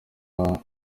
umwe